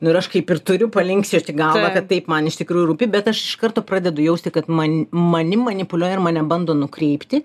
nu ir aš kaip ir turiu palinksėti galvą kad taip man iš tikrųjų rūpi bet aš iš karto pradedu jausti kad man manim manipuliuoja ir mane bando nukreipti